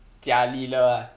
jia li le ah